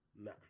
nah